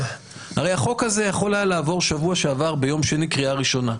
הרי החוק הזה יכול היה לעבור בשבוע שעבר ביום שני קריאה ראשונה,